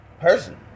person